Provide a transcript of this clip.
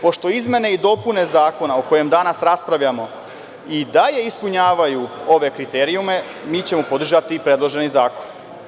Pošto izmene i dopune zakona o kojem danas raspravljamo i dalje ispunjavaju ove kriterijume, mi ćemo podržati predloženi zakon.